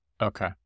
Okay